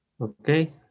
okay